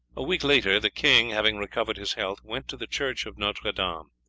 a week later the king, having recovered his health, went to the church of notre dame,